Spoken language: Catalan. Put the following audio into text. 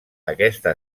aquesta